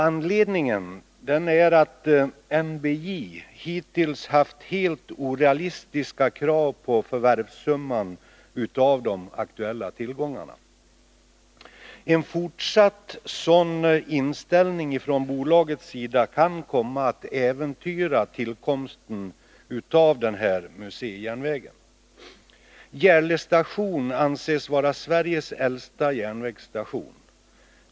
Anledningen är att NBJ hittills haft helt AR orealistiska krav på förvärvssumman beträffande de aktuella tillgångarna. En fortsatt sådan inställning från bolagets sida kan komma att äventyra tillkomsten av museijärnvägen. Järle station anses vara Sveriges äldsta järnvägsstation.